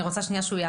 אני רוצה לדעת